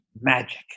magic